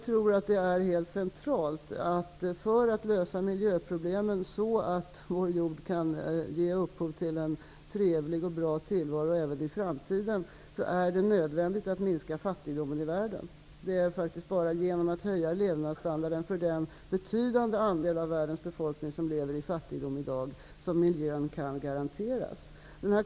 För att miljöproblemen skall lösas så att vår jord kan ge upphov till en trevlig och bra tillvaro även i framtiden, tror jag att det är helt centralt att minska fattigdomen i världen. Det är faktiskt bara genom att höja levnadsstandarden för den betydande andel av världens befolkning som lever i fattigdom i dag som miljön kan garanteras.